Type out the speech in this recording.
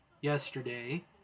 yesterday